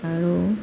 আৰু